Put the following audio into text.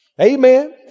Amen